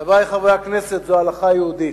חברי חברי הכנסת, זו הלכה יהודית.